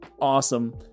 awesome